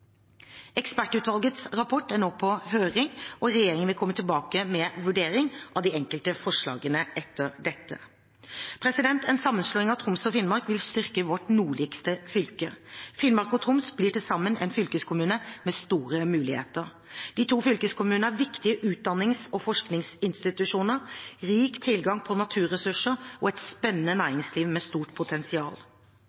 Ekspertutvalgets rapport er nå på høring, og regjeringen vil komme tilbake med en vurdering av de enkelte forslagene etter dette. En sammenslåing av Troms og Finnmark vil styrke vårt nordligste fylke. Finnmark og Troms blir til sammen en fylkeskommune med store muligheter. De to fylkeskommunene har viktige utdannings- og forskningsinstitusjoner, rik tilgang på naturressurser og et spennende